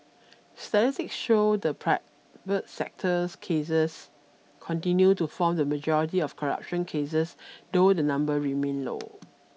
statistics showed that private sector cases continued to form the majority of corruption cases though the number remained low